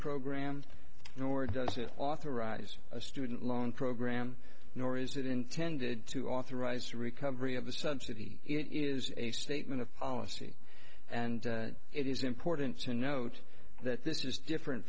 program nor does it authorize a student loan program nor is it intended to authorize recovery of a subsidy it is a statement of policy and it is important to note that this is different